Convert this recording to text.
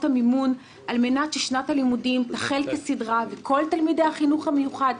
המימון על מנת ששנת הלימודים תחל כסדרה וכל תלמידי החינוך המיוחד,